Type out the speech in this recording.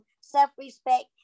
self-respect